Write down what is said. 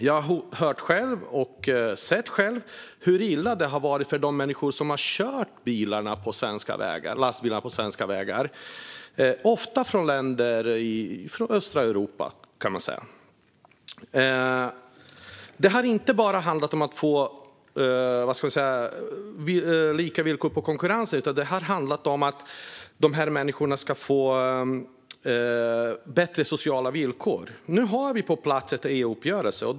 Jag har själv hört och sett hur illa det har varit för de människor som har kört lastbilar på svenska vägar, ofta från länder i östra Europa. Det har inte bara handlat om att få lika konkurrensvillkor, utan det har handlat om att dessa människor ska få bättre sociala villkor. Nu har vi en EU-uppgörelse på plats.